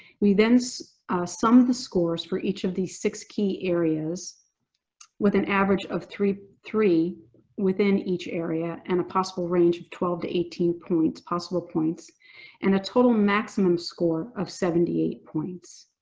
we then so summed the scores for each of these six key areas with an average of three three within each area and a possible range of twelve to eighteen possible points and a total maximum score of seventy eight points.